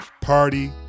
party